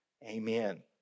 Amen